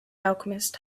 alchemist